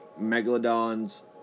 Megalodons